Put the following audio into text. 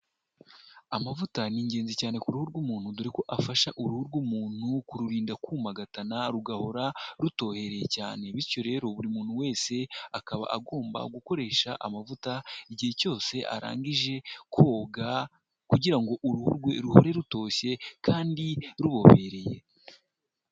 Amavuta ni ingenzi cyane ku ruhu rw'umuntu, dore ko afasha uruhu rw'umuntu kururinda kumagatana rugahora rutohereye cyane, bityo rero, buri muntu wese akaba agomba gukoresha amavuta igihe cyose arangije koga kugira ngo uruhu rwe ruhore rutoshye kandi rubobereye.